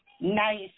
nice